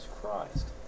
Christ